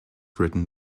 written